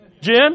Jim